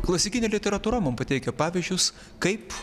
klasikinė literatūra mum pateikia pavyzdžius kaip